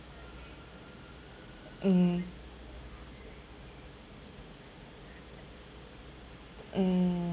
mm hmm